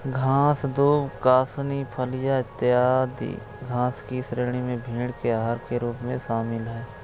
घास, दूब, कासनी, फलियाँ, इत्यादि घास की श्रेणी में भेंड़ के आहार के रूप में शामिल है